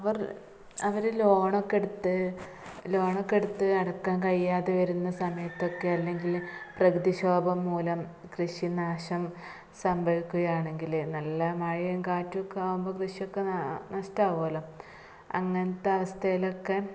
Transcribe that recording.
അവർ അവർ ലോണൊക്കെ എടുത്തു ലോണൊക്കെ എടുത്ത് അടക്കാന് കഴിയാതെ വരുന്ന സമയത്തൊക്കെ അല്ലെങ്കിൽ പ്രകൃതിക്ഷോഭം മൂലം കൃഷിനാശം സംഭവിക്കുകയാണെങ്കിൽ നല്ല മഴയും കാറ്റുമൊക്കെ ആകുമ്പോൾ കൃഷിയൊക്കെ നഷ്ടം ആകുമല്ലോ അങ്ങനത്തെ അവസ്ഥയിലൊക്കെ